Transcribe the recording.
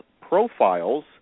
profiles